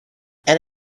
and